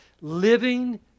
Living